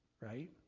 right